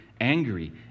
angry